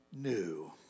New